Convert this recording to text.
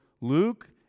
Luke